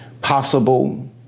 possible